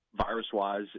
virus-wise